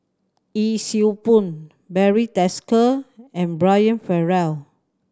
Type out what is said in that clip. Yee Siew Pun Barry Desker and Brian Farrell